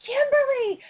Kimberly